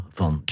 van